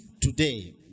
today